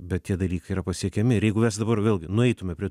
bet tie dalykai yra pasiekiami ir jeigu mes dabar vėlgi nueitume prie